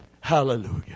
Hallelujah